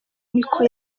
niko